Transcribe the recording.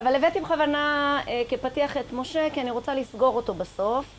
אבל הבאתי בכוונה כפתיח את משה, כי אני רוצה לסגור אותו בסוף.